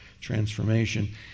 transformation